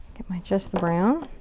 just the brown.